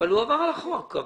הוא עבר על החוק אבל